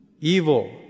Evil